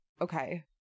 okay